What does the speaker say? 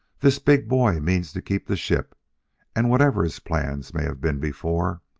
this big boy means to keep the ship and, whatever his plans may have been before,